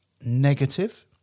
negative